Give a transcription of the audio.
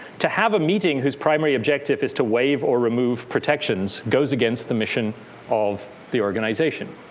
to have a meeting whose primary objective is to waive or remove protections goes against the mission of the organization.